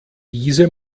diese